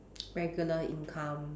regular income